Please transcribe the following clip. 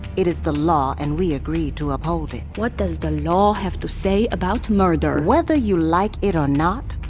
it is the law, and we agreed to uphold it what does the law have to say about murder? whether you like it or not,